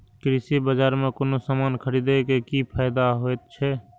कृषि बाजार में कोनो सामान खरीदे के कि फायदा होयत छै?